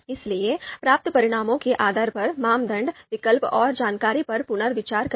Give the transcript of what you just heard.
इसलिए प्राप्त परिणामों के आधार पर मानदंड विकल्प और जानकारी पर पुनर्विचार करें